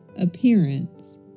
appearance